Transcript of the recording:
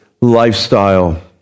lifestyle